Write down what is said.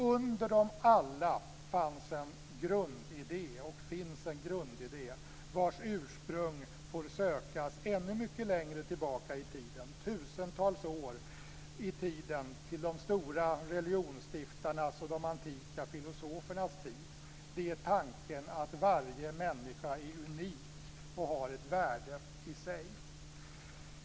Under de alla fanns, och finns, en grundidé, vars ursprung får sökas ännu mycket längre tillbaka i tiden, tusentals år tillbaka i tiden - man får gå tillbaka till de stora religionsstiftarnas och de antika filosofernas tid: tanken att varje människa är unik och har ett värde i sig.